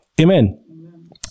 Amen